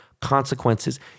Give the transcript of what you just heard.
consequences